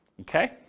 Okay